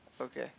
Okay